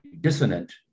dissonant